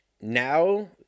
Now